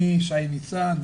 משי ניצן,